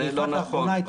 זה לא נכון.